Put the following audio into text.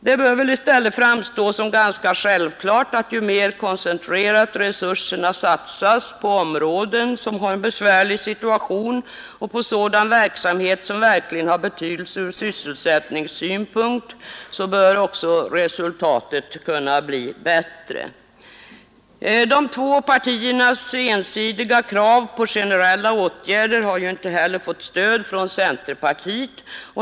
Det bör väl i stället framstå som ganska självklart att ju mer koncentrerat resurserna satsas på områden som har en besvärlig situation och på sådan verksamhet som har stor betydelse från sysselsättningssynpunkt desto bättre blir resultatet. De två partiernas ensidiga krav på generella åtgärder har ju inte heller fått stöd från centerpartiet.